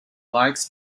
likes